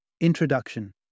Introduction